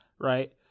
right